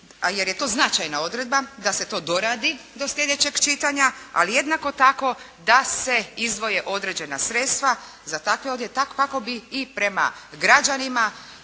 jer je to značajna odredba da se to doradi do sljedećeg čitanja ali jednako tako da se izdvoje određena sredstva za takve, tako bi i prema građanima